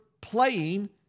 playing